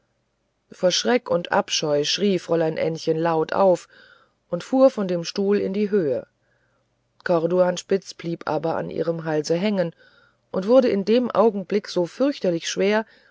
vor schreck und abscheu schrie fräulein ännchen laut auf und fuhr von dem stuhl in die höhe corduanspitz blieb aber an ihrem halse hängen und wurde in dem augenblick so fürchterlich schwer